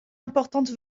importante